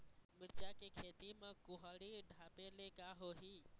मिरचा के खेती म कुहड़ी ढापे ले का होही?